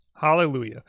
Hallelujah